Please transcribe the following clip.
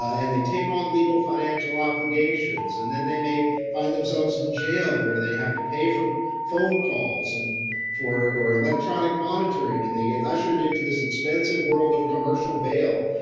ah and they take on legal, financial obligations and then they may find themselves in jail, where they have to pay for phone calls and for electronic monitoring and they get ushered into this expensive world of commercial bail,